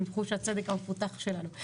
עם חוש הצדק המפותח שלנו.